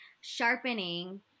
Sharpening